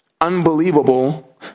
unbelievable